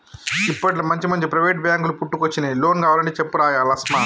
గిప్పట్ల మంచిమంచి ప్రైవేటు బాంకులు పుట్టుకొచ్చినయ్, లోన్ కావలంటే చెప్పురా లస్మా